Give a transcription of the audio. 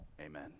amen